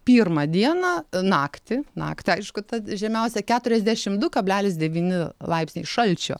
pirmą dieną naktį naktį aišku ta žemiausia keturiasdešimt du kablelis devyni laipsniai šalčio